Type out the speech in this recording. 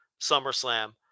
SummerSlam